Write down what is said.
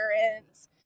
parents